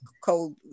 cold